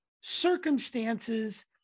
circumstances